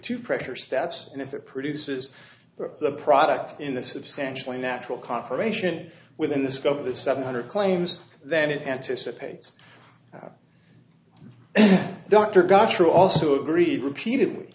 two pressure stats and if it produces the product in the substantially natural confirmation within the scope of the seven hundred claims that it anticipates dr got you also agreed repeatedly